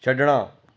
ਛੱਡਣਾ